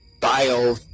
bio